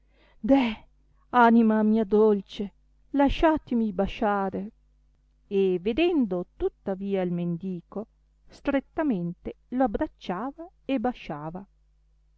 deh anima mia dolce lasciatimi basciare e vedendo tuttavia il mendico strettamente lo abbracciava e basciava